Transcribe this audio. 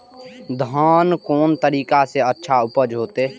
धान कोन तरीका से अच्छा उपज होते?